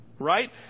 Right